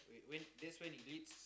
where that's when he greets